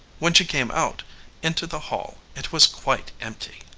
when she came out into the hall it was quite empty.